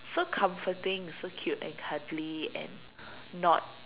so comforting so cute and cuddly and not